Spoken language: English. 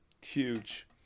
Huge